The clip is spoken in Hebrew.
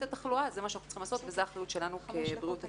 התחלואה זה מה שאנחנו צריכים לעשות וזו האחריות שלנו כבריאות הציבור.